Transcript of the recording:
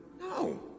No